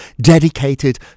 dedicated